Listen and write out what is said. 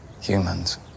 Humans